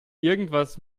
irgendwas